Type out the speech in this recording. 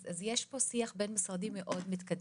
אז יש פה שיח בין משרדי מאוד מתקדם.